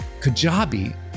Kajabi